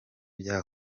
bya